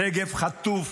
שגב חטוף.